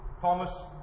Thomas